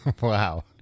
Wow